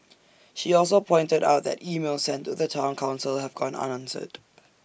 she also pointed out that emails sent to the Town Council have gone unanswered